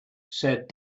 said